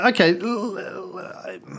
okay